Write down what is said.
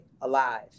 alive